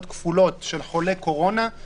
השופט אמר שצריך לזה חקיקה --- לא.